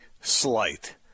slight